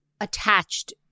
attached